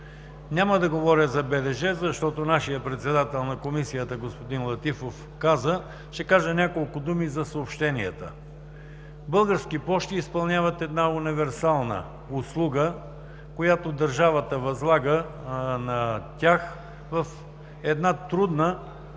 Няма да говоря за БДЖ, защото нашият председател на Комисията господин Летифов говори, но ще кажа няколко думи за съобщенията. „Български пощи“ изпълняват една универсална услуга, която държавата възлага на тях в една трудна,